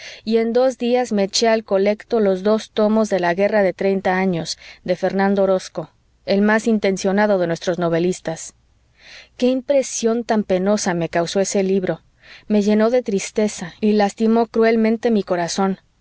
y en dos días me eché al colecto los dos tomos de la guerra de treinta años de fernando orozco el más intencionado de nuestros novelistas qué impresión tan penosa me causó ese libro me llenó de tristeza y lastimó cruelmente mi corazón